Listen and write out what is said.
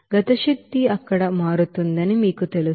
kinetic energy అక్కడ మారుతుందని మీకు తెలుసు